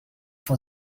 for